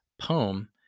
poem